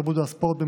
התרבות והספורט,